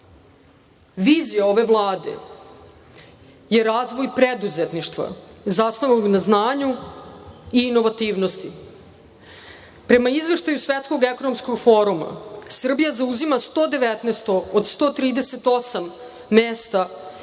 svetu. Vizija ove Vlade je razvoj preduzetništva zasnovanog na znanju i inovativnosti. Prema izveštaju Svetskog ekonomskog foruma Srbija zauzima 119. od 138 mesta